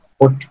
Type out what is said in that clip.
put